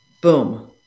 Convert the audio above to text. Boom